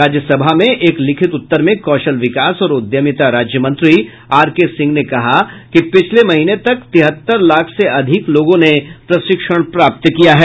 राज्यसभा में एक लिखित उत्तर में कौशल विकास और उद्यमिता राज्य मंत्री आर के सिंह ने कहा कि पिछले महीने तक तिहत्तर लाख से अधिक लोगों ने प्रशिक्षण प्राप्त किया है